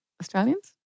Australians